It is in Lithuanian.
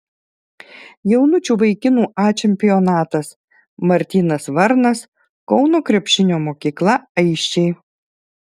jaunučių vaikinų a čempionatas martynas varnas kauno krepšinio mokykla aisčiai